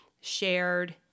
shared